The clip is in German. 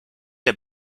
der